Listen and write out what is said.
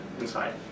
inside